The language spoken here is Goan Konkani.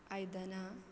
आयदनां